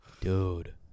Dude